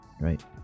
right